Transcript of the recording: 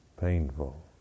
painful